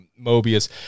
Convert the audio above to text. Mobius